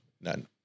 None